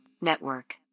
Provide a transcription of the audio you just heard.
Network